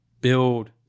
build